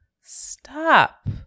stop